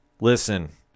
listen